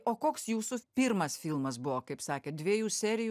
o koks jūsų pirmas filmas buvo kaip sakėt dviejų serijų